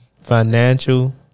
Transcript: financial